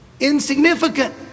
insignificant